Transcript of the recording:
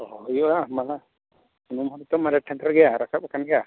ᱦᱳᱭ ᱦᱩᱭᱩᱜᱼᱟ ᱢᱟᱦᱟᱜ ᱯᱩᱱ ᱦᱚᱲᱛᱮ ᱢᱚᱬᱮ ᱴᱷᱮᱱ ᱥᱮᱴᱮᱨ ᱜᱮᱭᱟ ᱨᱟᱠᱟᱵ ᱠᱟᱱ ᱜᱮᱭᱟ